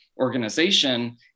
organization